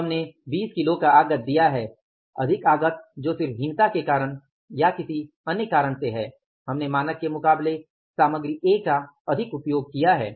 तो हमने 20 किलो का आगत दिया है अधिक आगत जो सिर्फ हीनता के कारण या किसी अन्य कारण से है कि हमने मानक के मुकाबले सामग्री A का अधिक उपयोग किया है